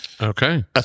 Okay